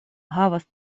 havas